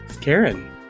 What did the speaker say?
Karen